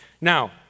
Now